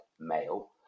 male